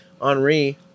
Henri